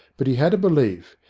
but he had a belief,